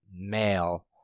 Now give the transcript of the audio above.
male